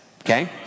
Okay